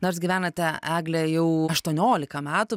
nors gyvenate egle jau aštuoniolika metų